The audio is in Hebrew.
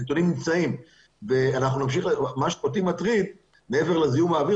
מה שאותי מטריד מעבר לזיהום האוויר,